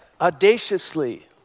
audaciously